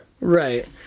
Right